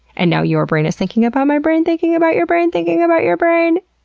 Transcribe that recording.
and now your brain is thinking about my brain thinking about your brain thinking about your brain!